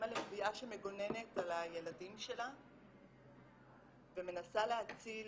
לביאה שמגוננת על הילדים שלה ומנסה להציל